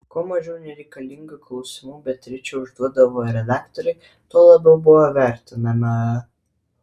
kuo mažiau nereikalingų klausimų beatričė užduodavo redaktorei tuo labiau buvo vertinama